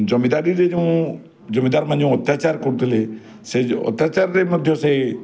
ଜମିଦାରୀରେ ଯେଉଁ ଜମିଦାର ମାନେ ଅତ୍ୟାଚାର କରୁଥିଲେ ସେ ଅତ୍ୟାଚାରରେ ମଧ୍ୟ ସେଇ